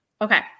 Okay